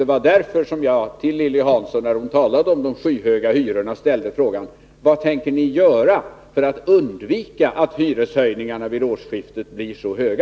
Det var därför jag till Lilly Hansson, när hon talade om de skyhöga hyrorna, ställde frågan: Vad tänker ni göra för att undvika att hyreshöjningarna vid årsskiftet blir så höga?